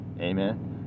Amen